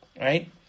right